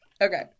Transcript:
okay